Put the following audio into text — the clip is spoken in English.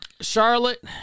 Charlotte